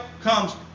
comes